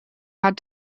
had